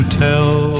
tell